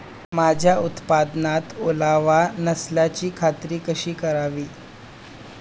माझ्या उत्पादनात ओलावा नसल्याची खात्री कशी करावी?